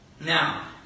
Now